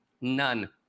none